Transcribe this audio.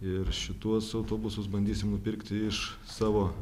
ir šituos autobusus bandysim nupirkti iš savo